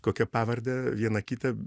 kokią pavardę vieną kitą